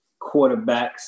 quarterbacks